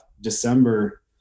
December